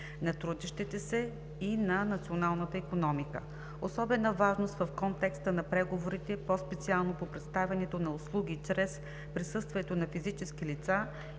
на трудещите се и на националната икономика. Особена важност в контекста на преговорите, по специално по предоставянето на услуги чрез присъствието на физически лица,